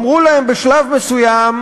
אמרו להם בשלב מסוים